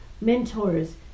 mentors